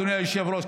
אדוני היושב-ראש,